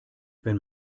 wenn